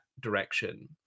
direction